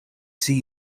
see